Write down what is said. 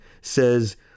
says